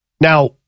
Now